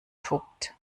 tobt